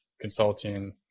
consulting